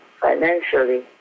financially